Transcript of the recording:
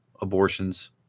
abortions